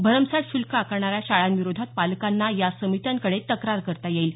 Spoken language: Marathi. भरमसाठ शुल्क आकारणाऱ्या शाळांविरोधात पालकांना या समित्यांकडे तक्रार करता येईल